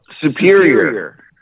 superior